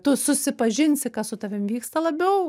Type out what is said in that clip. tu susipažinsi kas su tavim vyksta labiau